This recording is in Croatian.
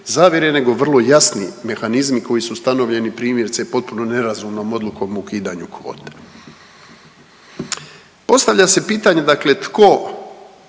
zavjere nego vrlo jasni mehanizmi koji su ustanovljeni, primjerice, potpuno nerazumnom odlukom o ukidanju kvota. Postavlja se pitanje, dakle tko,